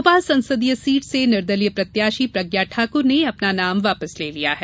भोपाल संसदीय सीट से निर्दलीय प्रत्याशी प्रज्ञा ठाक्र ने आज अपना नाम वापस ले लिया है